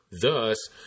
Thus